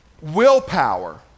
willpower